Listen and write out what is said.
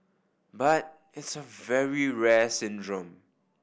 but it's a very rare syndrome